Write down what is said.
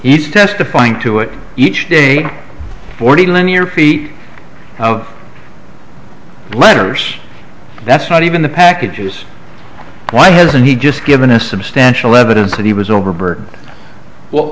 each testifying to it each day forty linear feet letters that's not even the packagers why hasn't he just given a substantial evidence that he was over